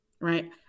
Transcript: right